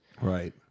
Right